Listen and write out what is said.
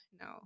No